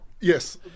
Yes